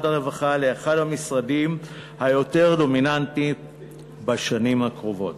הרווחה לאחד המשרדים היותר-דומיננטיים בשנים הקרובות.